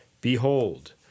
Behold